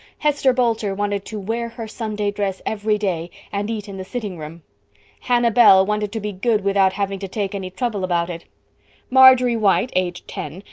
hester boulter wanted to wear her sunday dress every day and eat in the sitting room hannah bell wanted to be good without having to take any trouble about it marjory white, aged ten,